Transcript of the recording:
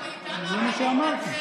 אה, אתה לא מתנצל בפנינו.